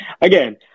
again